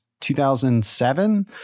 2007